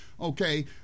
okay